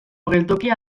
geltokia